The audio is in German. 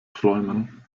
träumen